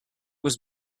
was